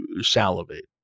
salivate